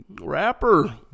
Rapper